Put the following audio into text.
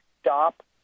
stop